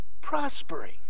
prospering